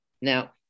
now